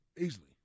Easily